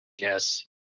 Yes